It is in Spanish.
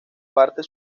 parte